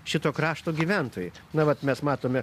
šito krašto gyventojai na vat mes matome